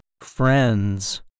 friends